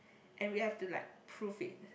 and we have to like proof it